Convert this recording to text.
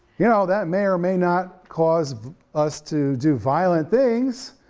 you know, that may or may not cause us to do violent things,